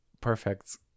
Perfect